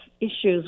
issues